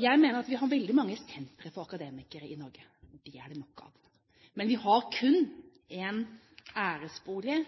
Jeg mener at vi har veldig mange sentre for akademikere i Norge – de er det nok av – men vi har kun én æresbolig.